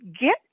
Get